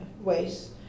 ways